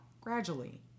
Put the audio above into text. gradually